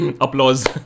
Applause